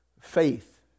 faith